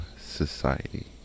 society